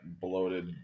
bloated